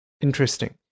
Interesting